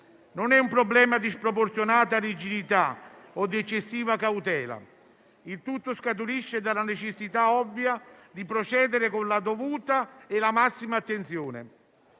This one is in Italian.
Non è un problema di sproporzionata rigidità o di eccessiva cautela. Il tutto scaturisce dalla necessità ovvia di procedere con la dovuta e massima attenzione.